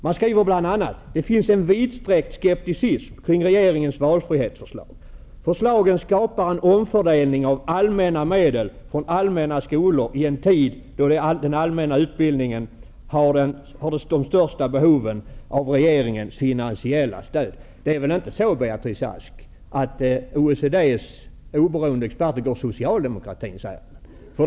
OECD skriver bl.a.: Det finns en vidsträckt skepticism kring regeringens förslag om valfrihet. Förslagen innebär en omfördelning av allmänna medel från allmänna skolor i en tid då den allmänna utbildningen har de största behoven av regeringens finansiella stöd. Det är väl inte så, Beatrice Ask, att OECD:s oberoende experter går socialdemokratins ärenden.